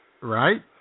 Right